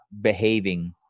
behaving